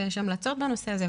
ויש המלצות בנושא הזה,